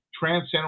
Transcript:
transcend